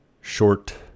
short